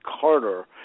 Carter